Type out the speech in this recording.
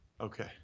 Okay